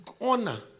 honor